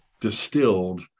distilled